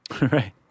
Right